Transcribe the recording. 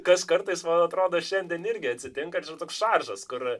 kas kartais man atrodo šiandien irgi atsitinka ir tu toks šaržas kur